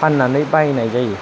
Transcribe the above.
फाननानै बायनाय जायो